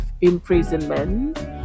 imprisonment